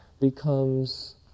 becomes